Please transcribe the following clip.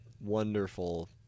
wonderful